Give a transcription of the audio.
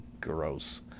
Gross